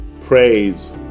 praise